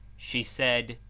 she said,